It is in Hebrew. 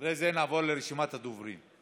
מכן נעבור לרשימת הדוברים.